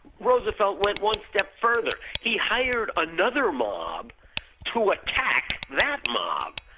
roosevelt went one step further. he hired another mob to attack that mob,